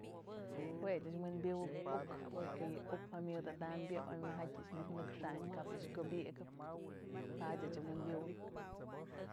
Jue ëch wi'inpywëp uk porque yë uk mjamyëd adam yë oy myajatyë yë myat nëxan, kap yë kyubëyikëp padyë ëch yë ëch wi'inpywëb.